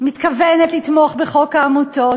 מתכוונת לתמוך בחוק העמותות,